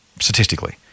statistically